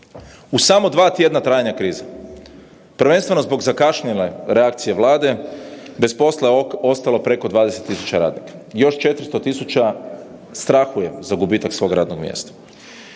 U samo dva tjedna trajanja krize prvenstveno zbog zakašnjele reakcije Vlade, bez posla je ostalo preko 20.000 radnika, još 400.000 strahuje za gubitak svog radnog mjesta.